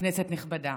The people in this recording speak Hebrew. כנסת נכבדה,